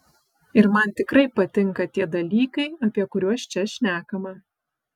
ir man tikrai patinka tie dalykai apie kuriuos čia šnekama